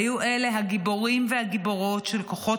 היו אלה הגיבורים והגיבורות של כוחות